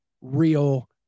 real